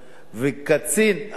וקצין אמיץ,